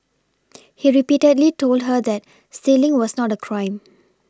he repeatedly told her that stealing was not a crime